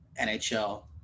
NHL